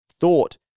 thought